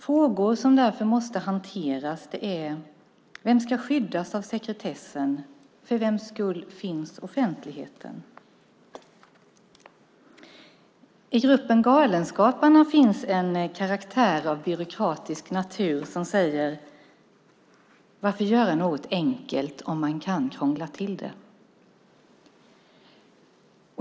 Frågor som därför måste hanteras är: Vem ska skyddas av sekretessen? För vems skull finns offentligheten? I gruppen Galenskaparna finns en karaktär av byråkratisk natur som säger: Varför göra något enkelt om man kan krångla till det?